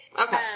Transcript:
Okay